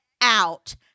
out